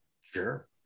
Sure